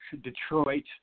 Detroit